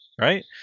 Right